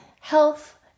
health